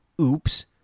Oops